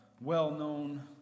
well-known